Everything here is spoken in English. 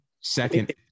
Second